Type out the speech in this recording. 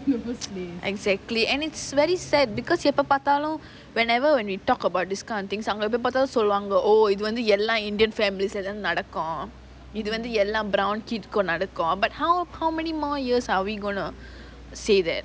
exactly and it's very sad because எப்ப பாத்தாலும்:eppa paathaalum whenever when they talk about this kind of thing அவங்க எப்போப்பாத்தாலும் சொல்லுவாங்க:avanga eppopaathaalum soluvaanga oh இது வந்து எல்லா:ithu vanthu ellaa indian family நடக்கும் இது வந்து எல்லா:nadakum ithu vanthu ellaa brown kid நடக்கும்:nadakum but how how many more years are we going to say that